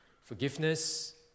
forgiveness